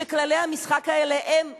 וכללי המשחק האלה הם נגד,